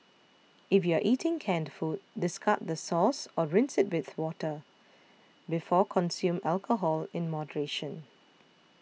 if you are eating canned food discard the sauce or rinse it with water before Consume alcohol in moderation